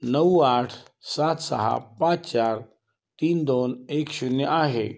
नऊ आठ सात सहा पाच चार तीन दोन एक शून्य आहे